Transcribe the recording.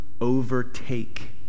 overtake